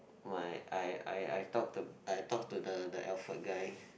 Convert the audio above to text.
my I I I talk to I talk to the the Alfred guy